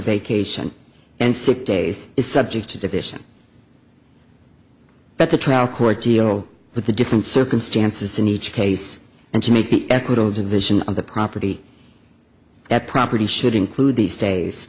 vacation and sick days is subject to division that the trial court deal with the different circumstances in each case and to make the equitable division of the property that property should include these days